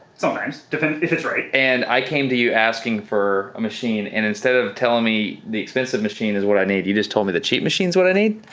sometimes. if and if it's right. and i came to you asking for a machine and instead of telling me the expensive machine is what i need, you just told me the cheap machine's what i need?